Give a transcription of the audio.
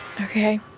Okay